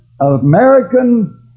American